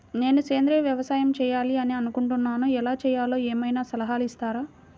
నేను సేంద్రియ వ్యవసాయం చేయాలి అని అనుకుంటున్నాను, ఎలా చేయాలో ఏమయినా సలహాలు ఇస్తారా?